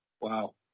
Wow